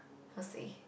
how to say